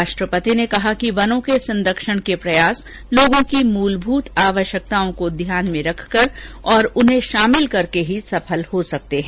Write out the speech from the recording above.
राष्ट्रपति ने कहा कि वनों के संरक्षण के प्रयास लोगों की मूलभूत आवश्यकताओं को ध्यान में रखकर और उन्हें शामिल करके ही सफल हो सकते हैं